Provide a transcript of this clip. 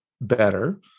better